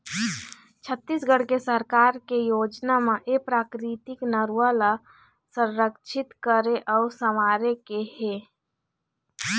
छत्तीसगढ़ सरकार के योजना म ए प्राकृतिक नरूवा ल संरक्छित करे अउ संवारे के हे